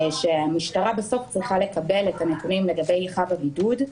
שהמשטרה בסוף צריכה לקבל את הנתונים לגבי חב הבידוד,